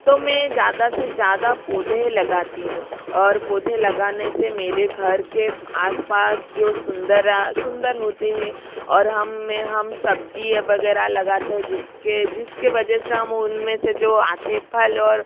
तो में ज़्यादा से ज़्यादा पौधे लगाती हूँ और पौधे लगाने से मेरे घर के आस पास जो सुंदर सुंदर होते है और हम में हम सब्जी या वगैरह लगाते हैं जिसके जिसके वजह से हम उनमें से जो आते है फल और